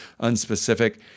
unspecific